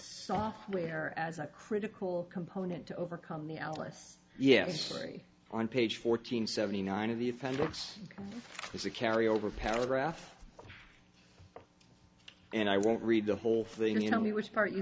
software as a critical component to overcome the alice yes very on page fourteen seventy nine of the offenders is a carry over paragraph and i won't read the whole thing you know me which part you